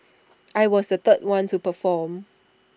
I was the third one to perform